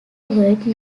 word